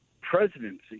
presidency